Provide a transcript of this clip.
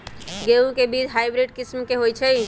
गेंहू के बीज हाइब्रिड किस्म के होई छई?